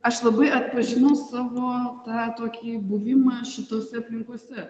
aš labai atpažinau savo tą tokį buvimą šitose aplinkose